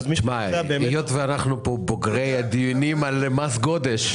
היות שאנחנו בוגרי הדיונים על מס גודש,